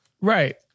Right